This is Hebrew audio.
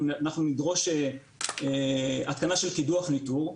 אנחנו נדרוש התקנה של קידוח ניטור,